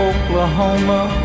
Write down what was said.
Oklahoma